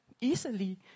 easily